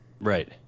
Right